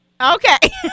Okay